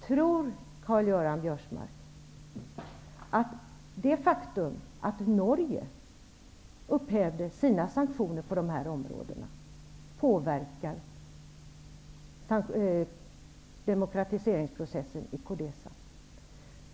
Tror Karl-Göran Biörsmark att det faktum att Norge upphävde sina sanktioner på de här områdena påverkar demokratiseringsprocessen i CODESA?